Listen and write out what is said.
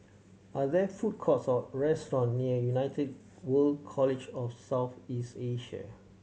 are there food courts or restaurants near United World College of South East Asia